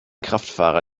kraftfahrer